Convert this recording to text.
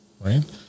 right